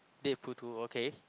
Deadpool Two okay